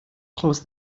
close